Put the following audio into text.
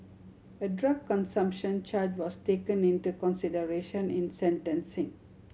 a drug consumption charge was taken into consideration in sentencing